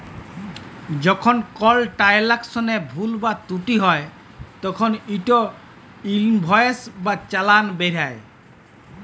যখল কল ট্রালযাকশলে ভুল বা ত্রুটি হ্যয় তখল ইকট ইলভয়েস বা চালাল বেরাই